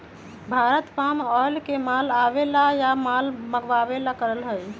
Bharat palm oil के माल आवे ला या माल मंगावे ला करा हई